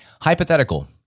Hypothetical